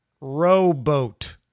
rowboat